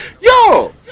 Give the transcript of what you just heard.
yo